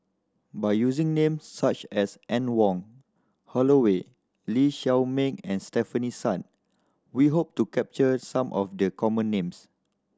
by using names such as Anne Wong Holloway Lee Shao Meng and Stefanie Sun we hope to capture some of the common names